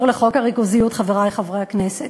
חברי חברי הכנסת,